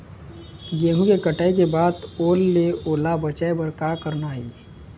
गेहूं के कटाई के बाद ओल ले ओला बचाए बर का करना ये?